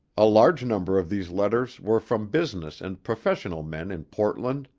a large number of these letters were from business and professional men in portland,